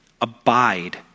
Abide